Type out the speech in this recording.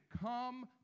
come